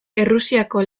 errusiako